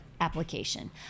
application